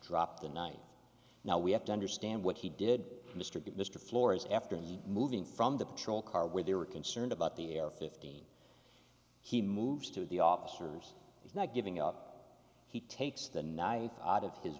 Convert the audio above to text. drop the knife now we have to understand what he did mr good mr floors after moving from the patrol car where they were concerned about the air fifteen he moves to the officers he's not giving up he takes the night out of his